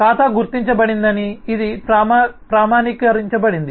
ఖాతా గుర్తించబడిందని ఇది ప్రామాణీకరించబడింది